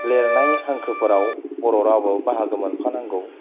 लिरनाय हांखोफोराव बर' रावा बाहागो मोनफा नांगौ